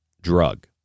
drug